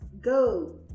go